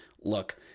Look